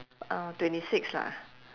uh twenty six lah